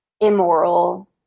immoral